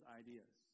ideas